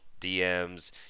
DMs